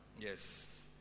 Yes